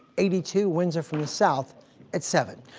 eighty two. winds are from the south at seven.